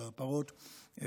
של הפרות,